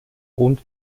und